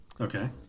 okay